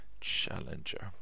challenger